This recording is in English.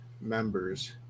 members